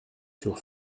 sur